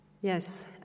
Yes